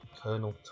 colonel